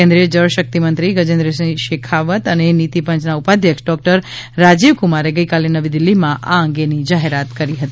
કેન્દ્રિય જળશક્તિમંત્રી ગજેન્દ્રસિંહ શેખાવત અને નીતિપંચના ઉપાધ્યક્ષ ડોકટર રાજીવકુમારે ગઇકાલે નવી દીલ્હીમાં આ અંગેની જાહેરાત કરી હતી